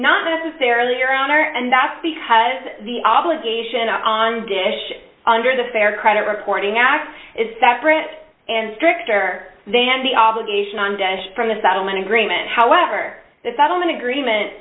not necessarily their own are and that's because the obligation on dish under the fair credit reporting act is separate and stricter than the obligation on desh from the settlement agreement however the settlement agreement